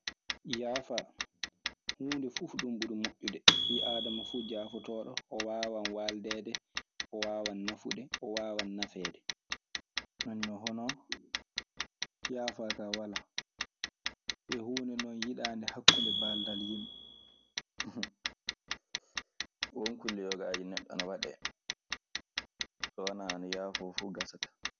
Yaffa hunde fu ɗuburi mojude, bi adama fu jafotooɗo on wawa waldeede, o wawa nafude, o wawa nafeede. Nden non hono yaafa kaa walaa. Yo huunde non yiɗaande hakkunde baaldal yimɓe. won kulle yogaaje neɗɗo ene waɗe so wona ene yaafo fuu gasataa.